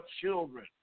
children